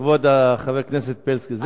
זה החלק ההיסטורי, כבוד חבר הכנסת בילסקי.